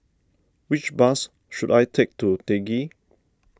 which bus should I take to Teck Ghee